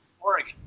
oregon